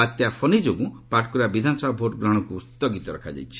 ବାତ୍ୟା ଫନି ଯୋଗୁଁ ପାଟକୁରା ବିଧାନସଭା ଭୋଟ୍ ଗ୍ହଣକୁ ସ୍ଥଗିତ ରଖାଯାଇଛି